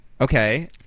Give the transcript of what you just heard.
okay